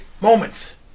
moments